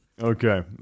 Okay